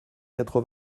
quatre